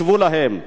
הקשיבו להם,